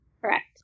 Correct